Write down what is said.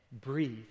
breathe